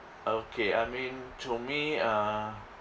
okay I mean to me uh